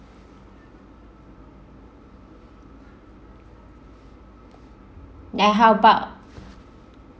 then how about